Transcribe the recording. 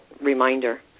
reminder